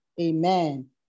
Amen